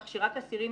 כך שרק אסירים